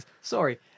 Sorry